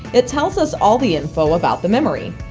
it tells us all the info about the memory.